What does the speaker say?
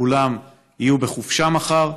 כולם יהיו בחופשה מחר,